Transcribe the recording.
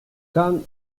quand